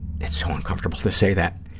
it's so uncomfortable to say that.